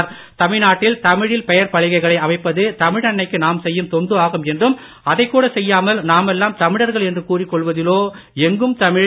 அவர் தமிழ்நாட்டில் தமிழில் பெயர்ப்பலகைகளை அமைப்பது தமிழன்னைக்கு நாம் செய்யும் தொண்டு ஆகும் என்றும் அதைக்கூட செய்யாமல் நாமெல்லாம் தமிழர்கள் என்று கூறிக் கொள்வதிலோ எங்கும் தமிழ்